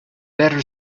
better